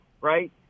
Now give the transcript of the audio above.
right